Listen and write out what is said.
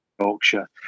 Yorkshire